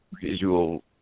visual